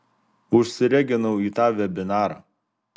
užsireginau į tą vebinarą